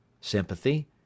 sympathy